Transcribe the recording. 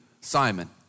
Simon